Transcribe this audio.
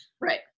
right